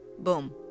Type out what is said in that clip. Boom